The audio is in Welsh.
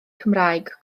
cymraeg